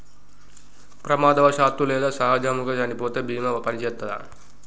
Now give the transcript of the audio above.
ప్రమాదవశాత్తు లేదా సహజముగా చనిపోతే బీమా పనిచేత్తదా?